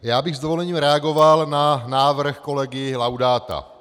Já bych s dovolením reagoval na návrh kolegy Laudáta.